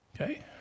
Okay